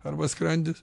arba skrandis